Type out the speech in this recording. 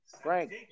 Frank